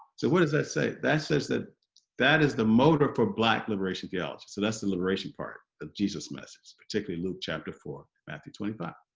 so what does that say that says that that is the motive for black liberation theology, so that's the liberation part of jesus' message, particularly luke chapter four, matthew twenty five,